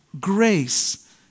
grace